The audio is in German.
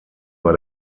bei